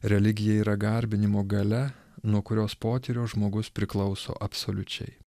religija yra garbinimo galia nuo kurios potyrio žmogus priklauso absoliučiai